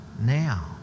now